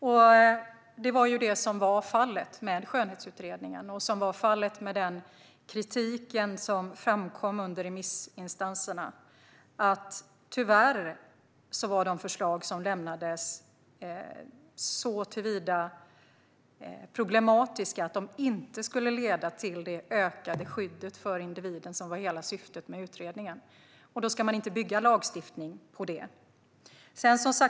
Det som var fallet med den så kallade Skönhetsutredningen och den kritik som framkom under remissbehandlingen var att de förslag som lämnades tyvärr var problematiska eftersom de inte skulle leda till det ökade skydd för individen som var hela syftet med utredningen. Då ska man inte bygga lagstiftning på det.